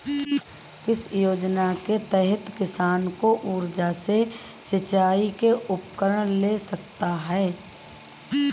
किस योजना के तहत किसान सौर ऊर्जा से सिंचाई के उपकरण ले सकता है?